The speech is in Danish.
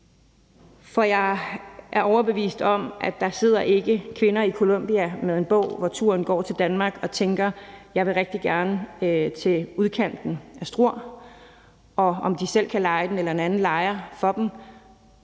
for jeg er overbevist om, at der ikke sidder kvinder i Colombia med en »Turen går til Danmark«-bog og tænker, at de rigtig gerne vil til udkanten af Struer. Om de selv kan leje et sted, eller om en anden lejer noget